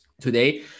Today